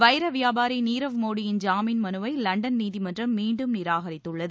வைர வியாபாரி நீரவ் மோடியின் ஜாமீன் மனுவை லண்டன் நீதிமன்றம் மீண்டும் நிராகரித்துள்ளது